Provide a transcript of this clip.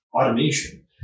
automation